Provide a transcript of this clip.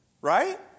Right